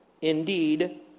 Indeed